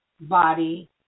body